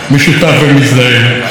היה ש"ס, עדיין יש.